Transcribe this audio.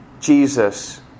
Jesus